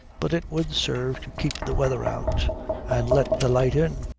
but it would serve to keep the weather out and let the light in.